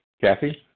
Kathy